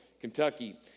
Kentucky